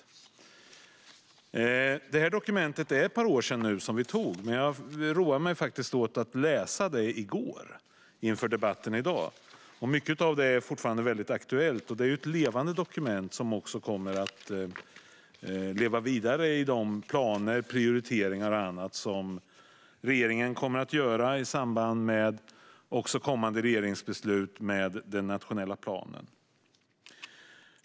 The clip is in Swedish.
Det är nu ett par år sedan vi antog det här dokumentet, som jag visar för kammarens ledamöter. Men jag roade mig med att läsa det i går, inför debatten i dag. Mycket av det är fortfarande aktuellt. Och det är ett levande dokument som också kommer att leva vidare i planer, prioriteringar och annat som regeringen kommer att göra i samband med kommande regeringsbeslut om den nationella planen.